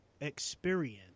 experience